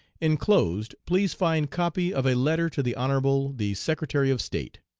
inclosed please find copy of a letter to the honorable the secretary of state.